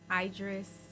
Idris